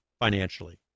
financially